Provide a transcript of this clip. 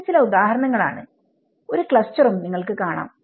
ഇത് ചില ഉദാഹരണങ്ങൾ ആണ്ഒരു ക്ലാസ്സ്റൂം നിങ്ങൾക്ക് കാണാം